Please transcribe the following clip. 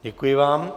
Děkuji vám.